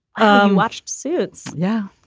and watched suits. yeah.